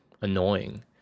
annoying